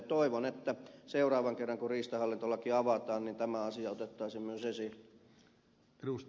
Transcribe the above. toivon että seuraavan kerran kun riistanhallintolaki avataan tämä asia otettaisiin myös esille